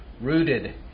rooted